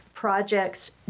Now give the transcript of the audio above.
projects